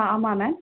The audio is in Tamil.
ஆமாம் மேம்